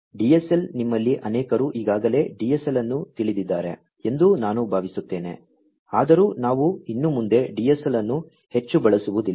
DSL ನಿಮ್ಮಲ್ಲಿ ಅನೇಕರು ಈಗಾಗಲೇ DSL ಅನ್ನು ತಿಳಿದಿದ್ದಾರೆ ಎಂದು ನಾನು ಭಾವಿಸುತ್ತೇನೆ ಆದರೂ ನಾವು ಇನ್ನು ಮುಂದೆ DSL ಅನ್ನು ಹೆಚ್ಚು ಬಳಸುವುದಿಲ್ಲ